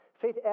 Faith